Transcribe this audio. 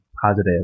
positive